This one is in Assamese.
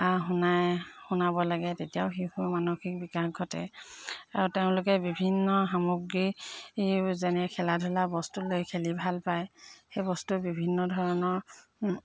শুনাই শুনাব লাগে তেতিয়াও শিশুৰ মানসিক বিকাশ ঘটে আৰু তেওঁলোকে বিভিন্ন সামগ্ৰীক যেনে খেলা ধূলা বস্তু লৈ খেলি ভাল পায় সেই বস্তু বিভিন্ন ধৰণৰ